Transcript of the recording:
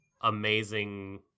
amazing